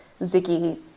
Ziggy